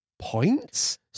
Points